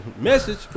Message